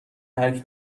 ترک